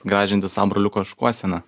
gražinti savo broliuko šukuoseną